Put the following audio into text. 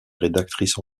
rédactrice